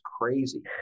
crazy